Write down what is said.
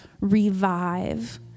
revive